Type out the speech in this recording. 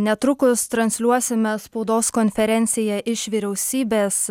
netrukus transliuosime spaudos konferenciją iš vyriausybės